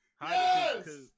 Yes